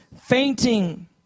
fainting